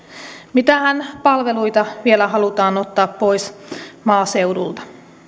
mitähän palveluita vielä halutaan ottaa pois maaseudulta